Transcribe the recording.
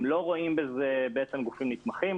הם לא רואים בהם גופים נתמכים.